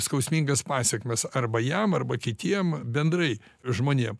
skausmingas pasekmes arba jam arba kitiem bendrai žmonėm